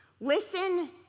listen